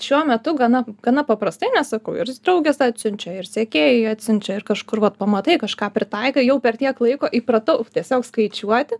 šiuo metu gana gana paprastai nes sakau ir draugės atsiunčia ir sekėjai atsiunčia ir kažkur vat pamatai kažką pritaikai jau per tiek laiko įpratau tiesiog skaičiuoti